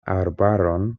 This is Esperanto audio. arbaron